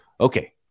Okay